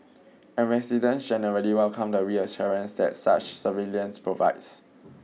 and residents generally welcome the reassurance that such surveillance provides